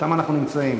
שם אנחנו נמצאים.